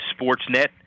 SportsNet